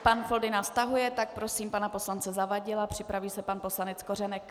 Pan Foldyna stahuje, tak prosím pana poslance Zavadila, připraví se pan poslanec Kořenek.